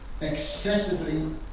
excessively